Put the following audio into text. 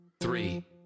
three